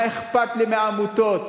מה אכפת לי מהעמותות?